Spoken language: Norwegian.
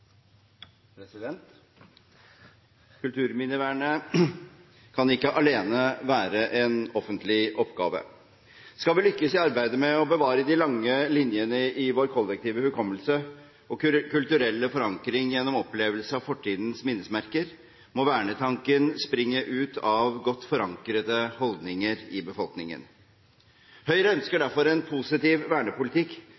Kulturminnevernet kan ikke alene være en offentlig oppgave. Skal vi lykkes i arbeidet med å bevare de lange linjene i vår kollektive hukommelse og kulturelle forankring gjennom opplevelse av fortidens minnesmerker, må vernetanken springe ut av godt forankrede holdninger i befolkningen. Høyre ønsker